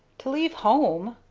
to leave home!